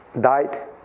died